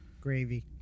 Gravy